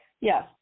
yes